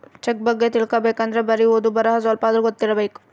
check ಬಗ್ಗೆ ತಿಲಿಬೇಕ್ ಅಂದ್ರೆ ಬರಿ ಓದು ಬರಹ ಸ್ವಲ್ಪಾದ್ರೂ ಗೊತ್ತಿರಬೇಕು